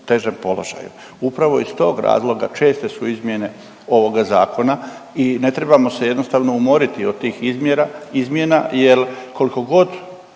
težem položaju. Upravo iz tog razloga česte su izmjene ovoga zakona i ne trebamo se jednostavno umoriti od tih izmjera, izmjena jer kolikogod